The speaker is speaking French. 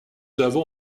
avons